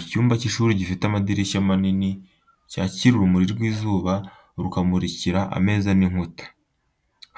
Icyumba cy’ishuri gifite amadirishya manini cyakira urumuri rw’izuba, rukamurikira ameza n’inkuta.